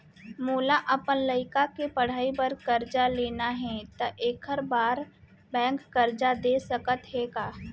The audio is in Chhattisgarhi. मोला अपन लइका के पढ़ई बर करजा लेना हे, त एखर बार बैंक करजा दे सकत हे का?